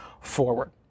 forward